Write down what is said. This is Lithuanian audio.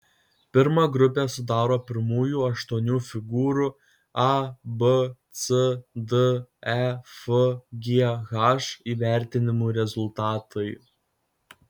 pirmą grupę sudaro pirmųjų aštuonių figūrų a b c d e f g h įvertinimų rezultatai